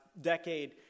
decade